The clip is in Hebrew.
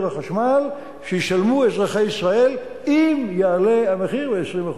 החשמל שישלמו אזרחי ישראל אם יעלה המחיר ב-20%.